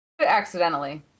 accidentally